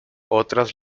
otras